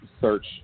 search